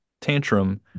Tantrum